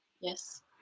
Yes